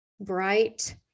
bright